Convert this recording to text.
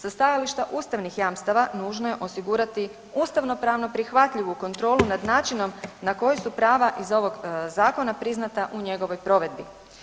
Sa stajališta ustavnih jamstava nužno je osigurati ustavnopravnu prihvatljivu kontrolu nad načinom na koji su prava iz ovog zakona priznata u njegovoj provedbi.